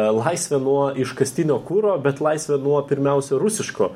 laisvė nuo iškastinio kuro bet laisvė nuo pirmiausia rusiško